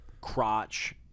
crotch